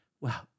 wow